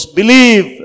believe